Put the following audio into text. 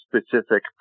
specific